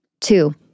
Two